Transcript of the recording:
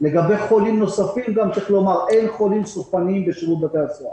לגבי חולים נוספים צריך לומר שאין חולים סופניים בשירות בתי הסוהר.